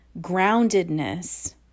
groundedness